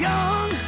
Young